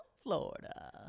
Florida